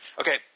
Okay